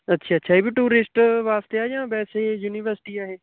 ਅੱਛਾ ਅੱਛਾ ਇਹ ਵੀ ਟੂਰਿਸਟ ਵਾਸਤੇ ਆ ਜਾਂ ਵੈਸੇ ਯੂਨੀਵਰਸਿਟੀ ਆ ਇਹ